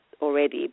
already